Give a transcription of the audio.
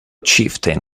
chieftain